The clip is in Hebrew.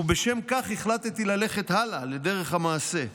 ומשום כך החלטתי ללכת הלאה בדרך המעשה.